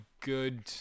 good